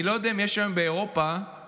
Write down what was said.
אני לא יודע אם יש שם באירופה מנהיגים